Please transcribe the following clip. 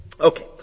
Okay